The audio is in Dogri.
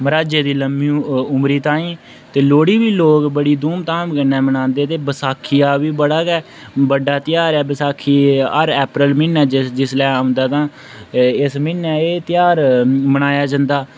मराह्जै दी लम्मी उम्री ताहीं ते लोह्ड़ी बी लोक बड़ी धूमधाम कन्नै मनांदे ते बसाखी हा बड़ा गै बड्डा ध्यार ऐ बसाखी हर अप्रैल म्हीना जिसलै औंदा तां इस म्हीना एह् ध्यार मनाया जंदा